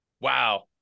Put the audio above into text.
wow